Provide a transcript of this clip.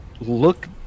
look